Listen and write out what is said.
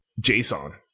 JSON